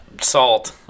salt